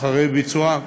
אחרי ביצועם.